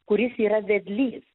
kuris yra vedlys